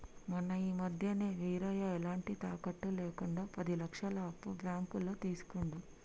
మొన్న ఈ మధ్యనే వీరయ్య ఎలాంటి తాకట్టు లేకుండా పది లక్షల అప్పు బ్యాంకులో తీసుకుండు